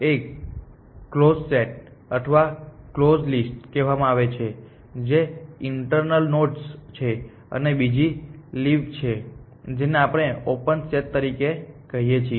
એકને close set અથવા close list કહેવામાં આવે છે જે ઇન્ટરનલ નોડ્સ છે અને બીજ લિફછે જેને આપણે ઓપન સેટ તરીકે કહીએ છીએ